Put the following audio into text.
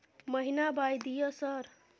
महीना बाय दिय सर?